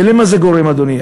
ולמה זה גורם, אדוני?